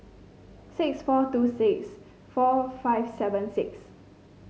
six four two six four five seven six